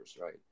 right